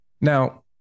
Now